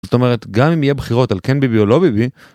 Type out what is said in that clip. זאת אומרת גם אם יהיה בחירות על כן ביבי או לא ביבי.